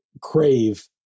crave